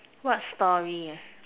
what story ah